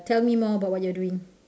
tell me more about what you're doing